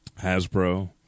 Hasbro